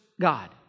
God